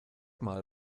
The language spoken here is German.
mal